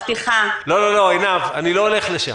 לא עינב, אני לא הולך לשם.